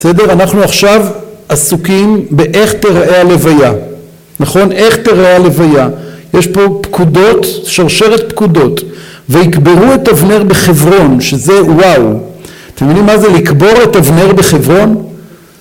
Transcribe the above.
‫בסדר? אנחנו עכשיו עסוקים ‫באיך תראה הלוויה, נכון? ‫איך תראה הלוויה. ‫יש פה פקודות, שרשרת פקודות, "‫ויקברו את אבנר בחברון", שזה וואו. ‫אתם יודעים מה זה ‫לקבור את אבנר בחברון?